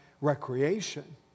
recreation